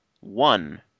one